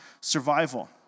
survival